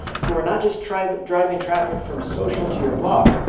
so we're not just driving driving traffic from social to your blog.